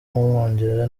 w’umwongereza